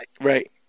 Right